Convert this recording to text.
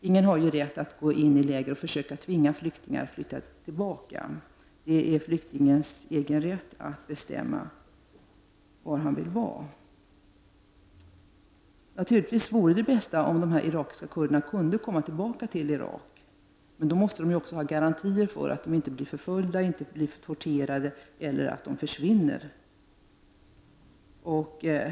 Ingen har rätt att gå in i läger och försöka tvinga flyktingar att flytta tillbaka. Det är flyktingens egen rätt att bestämma var han vill bo. Naturligtvis vore det bäst om de irakiska kurderna kunde komma tillbaka till Irak, men då måste de också ha garantier för att inte bli förföljda eller torterade eller att de ”försvinner”.